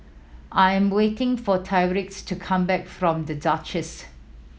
I am waiting for Tyreek to come back from The Duchess